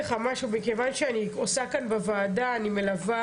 מכיוון שכאן בוועדה אני מלווה